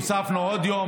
הוספנו עוד יום,